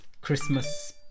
Christmas